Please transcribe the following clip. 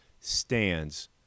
stands